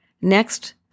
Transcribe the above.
Next